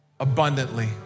Abundantly